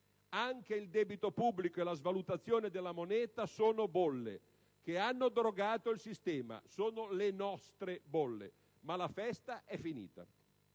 Anche il debito pubblico e la svalutazione della moneta sono bolle che hanno drogato il sistema: sono le nostre bolle. Ma la festa è finita.